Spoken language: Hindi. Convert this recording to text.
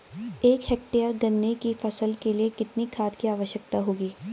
एक हेक्टेयर गन्ने की फसल के लिए कितनी खाद की आवश्यकता होगी?